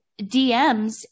DMS